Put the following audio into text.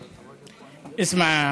(אומר בערבית: תשמע,